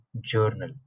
journal